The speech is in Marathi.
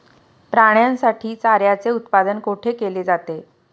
प्राण्यांसाठी चाऱ्याचे उत्पादन कुठे केले जाते?